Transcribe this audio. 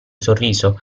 sorriso